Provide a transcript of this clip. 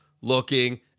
looking